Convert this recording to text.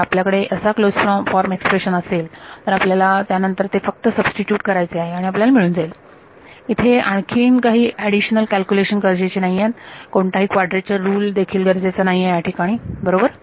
आणि जर आपल्याकडे असा क्लोज फॉर्म एक्सप्रेशन असेल तर आपल्याला त्यानंतर ते फक्त सबस्टिट्यूट करायचे आहे आणि आपल्याला मिळून जाईल इथे आणखीन काही ऍडिशनल कॅल्क्युलेशन गरजेचे नाही कोणताही कॉड्रेचर रुल देखील गरजेचा नाही याठिकाणी बरोबर